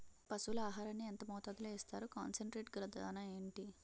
పశువుల ఆహారాన్ని యెంత మోతాదులో ఇస్తారు? కాన్సన్ ట్రీట్ గల దాణ ఏంటి?